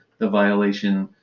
the violation,